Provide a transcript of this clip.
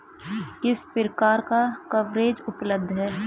किस प्रकार का कवरेज उपलब्ध है?